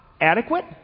adequate